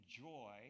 joy